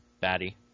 Batty